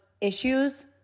issues